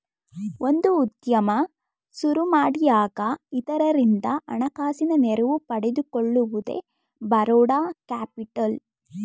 ಒಂದು ಉದ್ಯಮ ಸುರುಮಾಡಿಯಾಗ ಇತರರಿಂದ ಹಣಕಾಸಿನ ನೆರವು ಪಡೆದುಕೊಳ್ಳುವುದೇ ಬರೋಡ ಕ್ಯಾಪಿಟಲ್